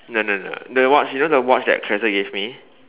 no no no the watch you know the watch that Clarissa gave me